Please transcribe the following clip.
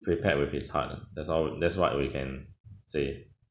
prepared with his heart ah that's all that's what we can say